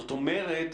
זאת אומרת,